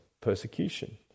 persecution